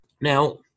Now